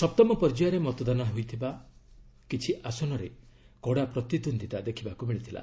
ସପ୍ତମ ପର୍ଯ୍ୟାୟରେ ମତଦାନ ହୋଇଥିବା କିଛି ଆସନରେ କଡ଼ା ପ୍ରତିଦ୍ୱନ୍ଦିତା ଦେଖିବାକୁ ମିଳିଥିଲା